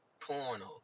porno